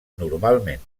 normalment